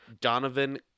Donovan